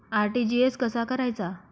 RTGS कसा करायचा?